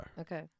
Okay